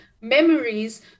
memories